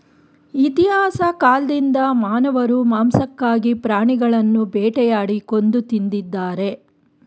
ಇತಿಹಾಸ ಕಾಲ್ದಿಂದ ಮಾನವರು ಮಾಂಸಕ್ಕಾಗಿ ಪ್ರಾಣಿಗಳನ್ನು ಬೇಟೆಯಾಡಿ ಕೊಂದು ತಿಂದಿದ್ದಾರೆ